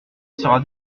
sera